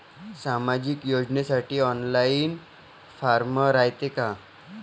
सामाजिक योजनेसाठी online form रायते का?